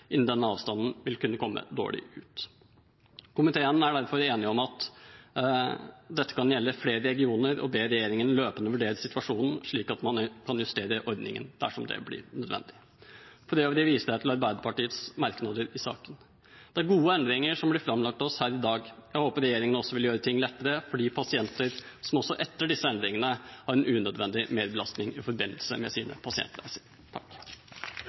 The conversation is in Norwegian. innen denne avstanden kan komme dårlig ut. Komiteen er derfor enig om at dette kan gjelde flere regioner, og ber regjeringen løpende vurdere situasjonen slik at man kan justere ordningen dersom det blir nødvendig. For øvrig viser jeg til Arbeiderpartiets merknader i saken. Det er gode endringer som blir lagt fram for oss her i dag. Jeg håper regjeringen også vil gjøre ting lettere for de pasientene som også etter disse endringene har en unødvendig merbelastning i forbindelse med sine